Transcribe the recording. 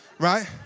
Right